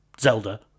zelda